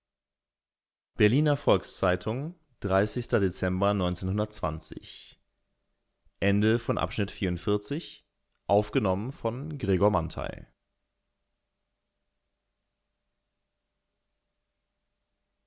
berliner volks-zeitung dezember